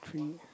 three